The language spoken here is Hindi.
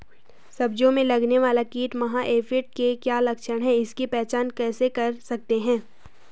सब्जियों में लगने वाला कीट माह एफिड के क्या लक्षण हैं इसकी पहचान कैसे कर सकते हैं?